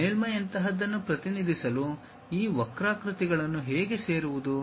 ಮೇಲ್ಮೈಯಂತಹದನ್ನು ಪ್ರತಿನಿಧಿಸಲು ಈ ವಕ್ರಾಕೃತಿಗಳನ್ನು ಹೇಗೆ ಸೇರುವುದು